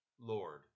Lord